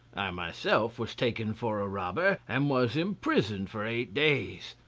i myself was taken for a robber and was imprisoned for eight days,